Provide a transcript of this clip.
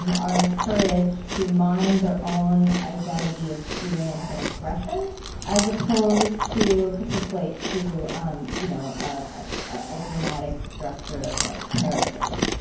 um are encouraged to mine their own identity, experience, and expression as opposed to capitulate to you know a dramatic structure of like characters.